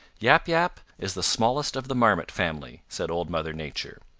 yap yap is the smallest of the marmot family, said old mother nature.